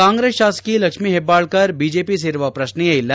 ಕಾಂಗ್ರೆಸ್ ಶಾಸಕಿ ಲಕ್ಷೀ ಹೆಬ್ಬಾಳ್ಕರ್ ಬಿಜೆಪಿ ಸೇರುವ ಪ್ರಕ್ಷೆಯೇ ಇಲ್ಲ